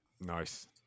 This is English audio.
Nice